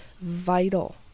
vital